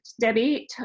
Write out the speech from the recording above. Debbie